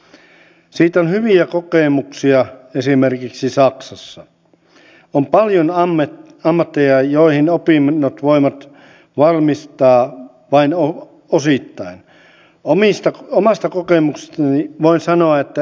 eläkeikä olisi pitänyt nostaa jo kauan aikaa sitten mutta sdpn ollessa hallituksessa hanke vatuloitiin kolmikantaan myöhästytettiin vuosilla ja osittain vesitettiin sisällöllisesti niin että suuret ikäluokat pääsivät hyville eläkkeille kun taas me nuoremmat maksamme elinaikakertoimen muodossa koko hankkeen